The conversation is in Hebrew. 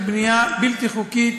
של בנייה בלתי חוקית,